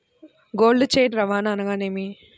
Cold chain రవాణా అనగా నేమి?